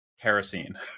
kerosene